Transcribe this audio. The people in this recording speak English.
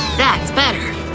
that's better.